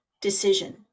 decision